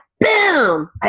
boom